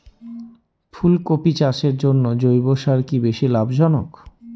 ফুলকপি চাষের জন্য জৈব সার কি বেশী লাভজনক?